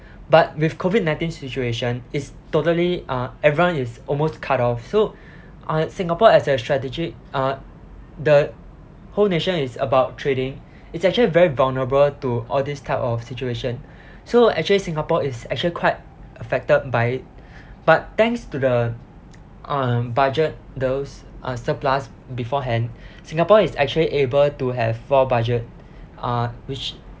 but with COVID nineteen situation it's totally uh everyone is almost cut off so uh singapore as a strategic uh the whole nation is about trading it's actually very vulnerable to all this type of situation so actually singapore is actually quite affected by it but thanks to the uh budget those uh surplus beforehand singapore is actually able to have four budget uh which